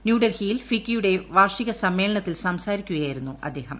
ന്യൂഡൽഹിയിൽ ഫിക്കിയുടെ വാർഷിക സമ്മേളനത്തിൽ സംസാരിക്കുകയായിരുന്നു അദ്ദേഹം